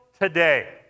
today